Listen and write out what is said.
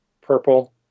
Purple